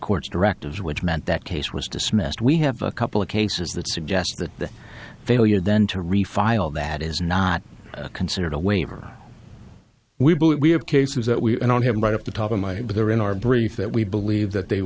court's directives which meant that case was dismissed we have a couple of cases that suggest that the failure then to refile that is not considered a waiver we believe we have cases that we don't have right off the top of my but there in our brief that we believe that they